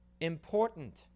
important